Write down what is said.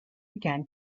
began